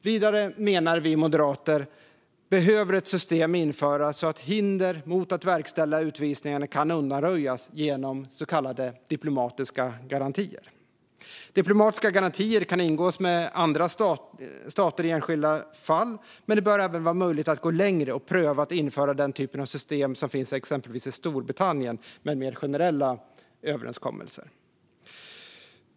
Vidare menar vi moderater att det behöver införas ett system så att hinder mot att verkställa utvisningarna kan undanröjas genom så kallade diplomatiska garantier. Diplomatiska garantier kan ingås med andra stater i enskilda fall. Men det bör även vara möjligt att gå längre och pröva att införa den typ av system som finns exempelvis i Storbritannien, nämligen generella överenskommelser.